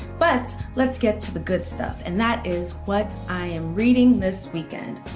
but let's get to the good stuff and that is what i am reading this weekend.